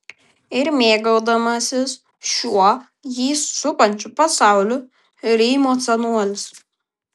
ir mėgaudamasis šiuo jį supančiu pasauliu rymo senolis